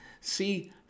See